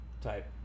type